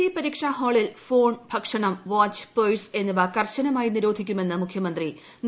C പരീക്ഷാഹാളിൽ phone ഭക്ഷണം watch purse എന്നിവ കർശനമായി നിരോധിക്കുമെന്ന് മുഖ്യമന്ത്രി അറിയിച്ചു